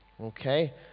Okay